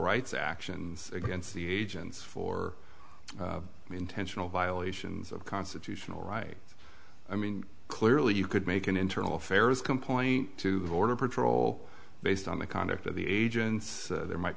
rights actions against the agents for intentional violations of constitutional right i mean clearly you could make an internal affairs complaint to the border patrol based on the conduct of the agents there might